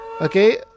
Okay